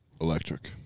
Electric